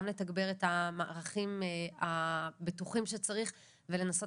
גם לתגבר את המערכים הבטוחים שצריך ולנסות